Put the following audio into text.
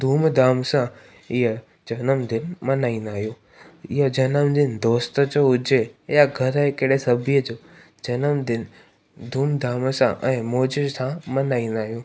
धूमधाम सां इहो जनमदिन मनाईंदा आहियूं इहो जनमदिन दोस्त जो हुजे या घर जे कहिड़े सभ्य जो जनमदिन धूमधाम सां ऐं मौज सां मनाईंदा आहियूं